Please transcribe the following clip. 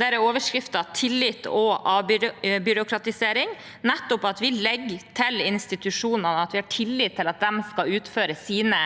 der er overskriften tillit og avbyråkratisering, at vi nettopp legger det til institusjonene, at vi har tillit til at de skal utføre sine